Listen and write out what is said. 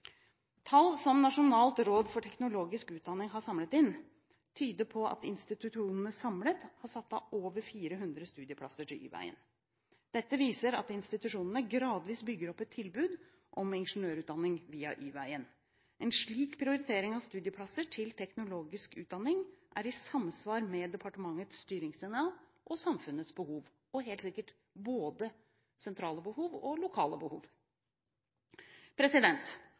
Tall som Nasjonalt råd for teknologisk utdanning har samlet inn, tyder på at institusjonene samlet har satt av over 400 studieplasser til Y-veien. Dette viser at institusjonene gradvis bygger opp et tilbud om ingeniørutdanning via Y-veien. En slik prioritering av studieplasser til teknologisk utdanning er i samsvar med departementets styringssignal og samfunnets behov – og helt sikkert også med både sentrale behov og lokale